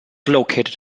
located